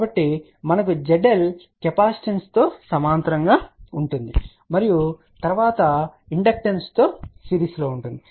కాబట్టి మనకు zLకెపాసిటెన్స్తో సమాంతరంగా ఉంటుంది మరియు తరువాత ఇండక్టెన్స్తో సిరీస్లో ఉంటుంది